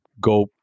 go